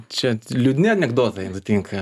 čia liūdni anekdotai nutinka